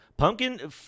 Pumpkin